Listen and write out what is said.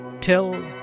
till